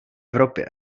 evropě